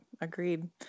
Agreed